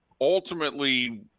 Ultimately